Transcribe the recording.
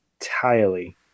entirely